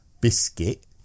Biscuit